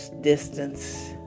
distance